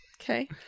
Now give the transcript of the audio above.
Okay